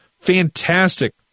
fantastic